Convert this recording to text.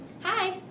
hi